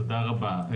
תודה רבה.